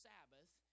Sabbath